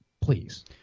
please